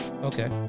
okay